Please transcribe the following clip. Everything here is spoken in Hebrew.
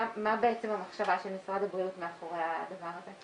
מה בעצם המחשבה של משרד הבריאות מאחורי הדבר הזה?